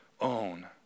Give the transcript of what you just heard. own